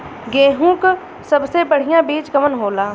गेहूँक सबसे बढ़िया बिज कवन होला?